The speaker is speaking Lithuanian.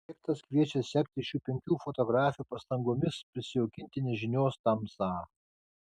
projektas kviečia sekti šių penkių fotografių pastangomis prisijaukinti nežinios tamsą